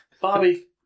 Bobby